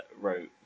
wrote